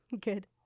Good